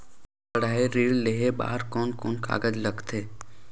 पढ़ाई ऋण लेहे बार कोन कोन कागज लगथे?